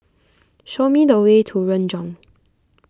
show me the way to Renjong